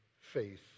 faith